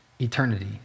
eternity